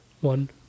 one